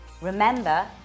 Remember